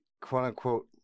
quote-unquote